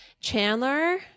Chandler